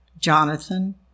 Jonathan